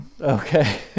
Okay